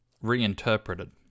reinterpreted